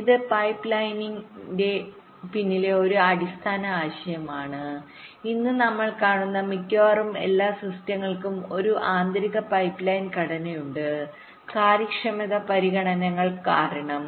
ഇത് പൈപ്പ് ലൈനിംഗിന്പിന്നിലെ ഒരു അടിസ്ഥാന ആശയമാണ് ഇന്ന് നമ്മൾ കാണുന്ന മിക്കവാറും എല്ലാ സിസ്റ്റങ്ങൾക്കും ഒരു ആന്തരിക പൈപ്പ്ലൈൻ ഘടനയുണ്ട് കാര്യക്ഷമത പരിഗണനകൾ കാരണം